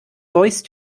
voice